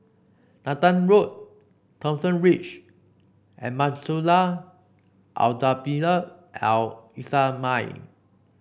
Nathan Road Thomson Ridge and Madrasah Al Tahzibiah Al Islamiah